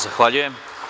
Zahvaljujem.